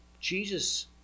Jesus